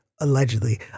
allegedly